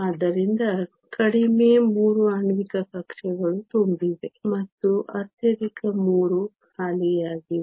ಆದ್ದರಿಂದ ಕಡಿಮೆ 3 ಆಣ್ವಿಕ ಕಕ್ಷೆಗಳು ತುಂಬಿವೆ ಮತ್ತು ಅತ್ಯಧಿಕ 3 ಖಾಲಿಯಾಗಿವೆ